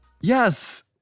Yes